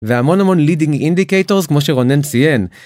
והמון המון לידינג אינדיקטורס כמו שרונן ציין.